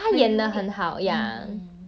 很 unique mm